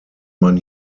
man